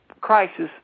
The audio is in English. crisis